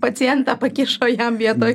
pacientą pakišo jam vietoj